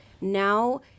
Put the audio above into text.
now